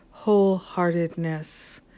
wholeheartedness